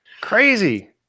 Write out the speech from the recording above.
Crazy